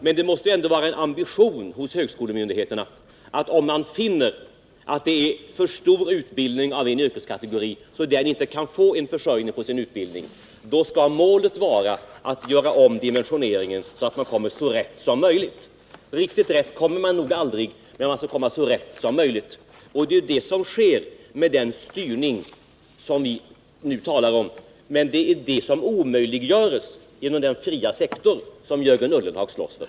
Men om högskolemyndigheterna finner att det är en för stor utbildning av en yrkeskategori, så att de som utbildas inte kan få en försörjning på sin utbildning, då skall ambitionen vara att göra om dimensioneringen. Riktigt rätt kommer man nog aldrig, men man skall komma så rätt som möjligt, och det är vad som sker med den styrning som vi nu talar om, men det omöjliggörs genom den fria sektor som Jörgen Ullenhag slåss för.